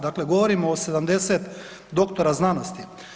Dakle, govorimo o 70 doktora znanosti.